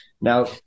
Now